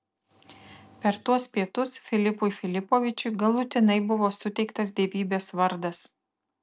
per tuos pietus filipui filipovičiui galutinai buvo suteiktas dievybės vardas